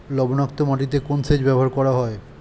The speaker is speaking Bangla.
লবণাক্ত মাটিতে কোন সেচ ব্যবহার করা হয়?